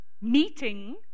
meeting